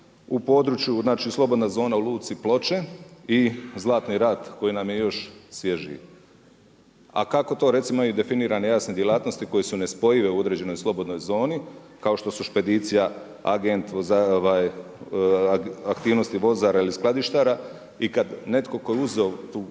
u području, znači slobodna zona u luci Ploče i Zlatni rat koji nam je još svježiji. A kako to recimo i definirane jasne djelatnosti koje su nespojive u određenoj slobodnoj zoni kao što su špedicija, agent, aktivnosti vozara ili skladištara i kad netko tko je uzeo tu